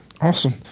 Awesome